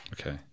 Okay